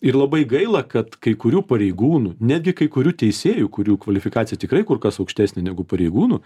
ir labai gaila kad kai kurių pareigūnų netgi kai kurių teisėjų kurių kvalifikacija tikrai kur kas aukštesnė negu pareigūnų